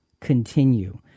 continue